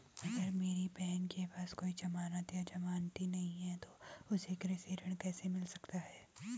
अगर मेरी बहन के पास कोई जमानत या जमानती नहीं है तो उसे कृषि ऋण कैसे मिल सकता है?